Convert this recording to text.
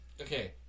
Okay